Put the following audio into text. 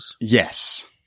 Yes